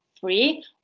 free